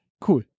Cool